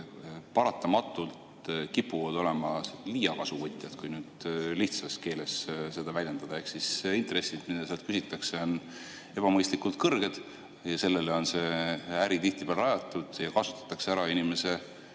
paratamatult kipuvad olema liiakasuvõtjad, kui nüüd lihtsas keeles seda väljendada, ehk intressid, mida seal küsitakse, on ebamõistlikult kõrged. Sellele on see äri tihtipeale rajatud. Kasutatakse ära inimese